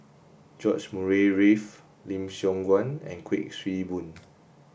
George Murray Reith Lim Siong Guan and Kuik Swee Boon